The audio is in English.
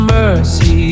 mercy